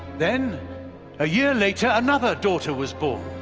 then a year later, another daughter was born.